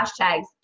hashtags